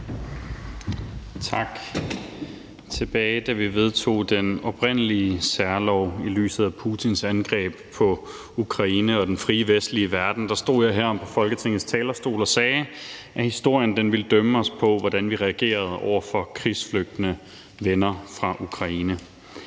Tak. Tilbage, da vi vedtog den oprindelige særlov i lyset af Putins angreb på Ukraine og den frie vestlige verden, stod jeg heroppe på Folketingets talerstol og sagde, at historien vil dømme os på, hvordan vi reagerede over for krigsflygtende venner fra Ukraine.